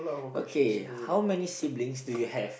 okay how many siblings do you have